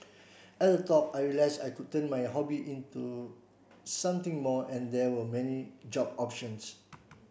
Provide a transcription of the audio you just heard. at the talk I realised I could turn my hobby into something more and there were many job options